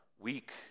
weak